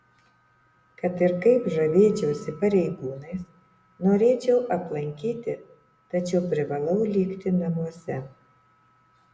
kad ir kaip žavėčiausi pareigūnais norėčiau aplankyti tačiau privalau likti namuose